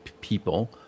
people